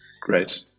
Great